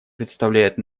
представляет